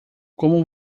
como